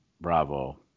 bravo